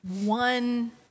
one